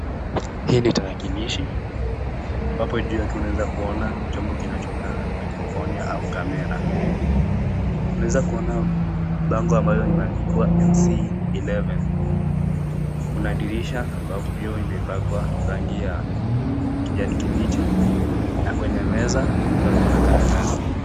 Hii ni tarakilishi ambapo juu yake unaweza kuona chombo kinacho kaa mikrofoni ama kamera. Unaeza kuona bango ambalo limeandikwa NC 11. Kuna disha ambavyo imepakwa rangi ya kijani kibichi na kwenye meza unaweza kuona karatasi.